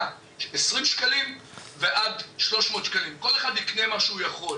₪ ועד 300 ₪- כל אחד יקנה לעצמו את מה שהוא יכול.